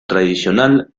tradicional